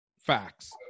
Facts